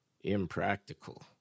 impractical